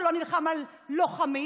שלא נלחם על לוחמים,